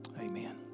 Amen